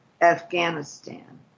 afghanistan